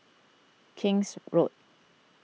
King's Road